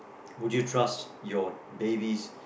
would you trust your babies